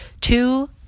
two